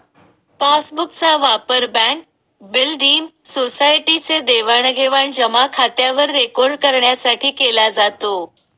passbook चा वापर bank, building, society चे देवाणघेवाण जमा खात्यावर रेकॉर्ड करण्यासाठी केला जातो